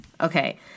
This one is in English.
Okay